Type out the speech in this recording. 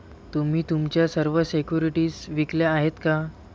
तुम्ही तुमच्या सर्व सिक्युरिटीज विकल्या आहेत का?